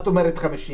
את אומרת 50,